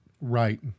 right